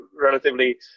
relatively